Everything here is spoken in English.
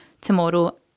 tomorrow